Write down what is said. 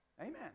Amen